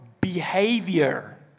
behavior